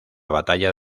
batalla